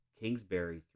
Kingsbury